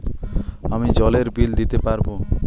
আমি জলের বিল দিতে পারবো?